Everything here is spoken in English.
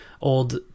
old